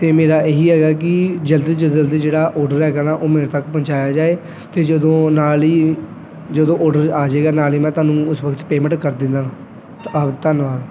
ਅਤੇ ਮੇਰਾ ਇਹੀ ਹੈਗਾ ਕਿ ਜਲਦੀ ਤੋਂ ਜ ਜਲਦੀ ਜਿਹੜਾ ਔਡਰ ਹੈਗਾ ਨਾ ਉਹ ਮੇਰੇ ਤੱਕ ਪਹੁੰਚਾਇਆ ਜਾਵੇ ਅਤੇ ਜਦੋਂ ਨਾਲ ਹੀ ਜਦੋਂ ਔਡਰ ਆ ਜਾਵੇਗਾ ਨਾਲ ਹੀ ਮੈਂ ਤੁਹਾਨੂੰ ਉਸ ਵਕਤ ਪੇਮੈਂਟ ਕਰ ਦਿੰਦਾ ਤਾਂ ਆਪ ਧੰਨਵਾਦ